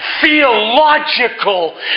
theological